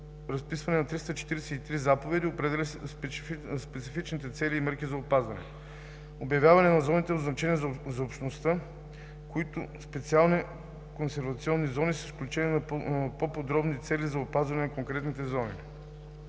разписване на 343 заповеди, определящи специфичните цели и мерки за опазване; - обявяване на зоните от значение за общността, като специални консервационни зони, с включване на по-подробни цели на опазване за конкретните зони;